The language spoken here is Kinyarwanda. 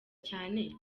cyane